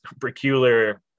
peculiar